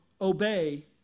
obey